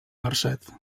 marcet